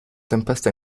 tempesta